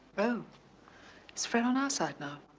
oh is fred on our side now?